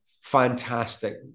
fantastic